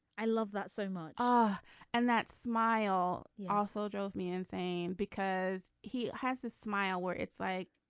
i love that so much ah and that smile yeah also drove me insane because he has this smile where it's like